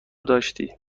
داشتی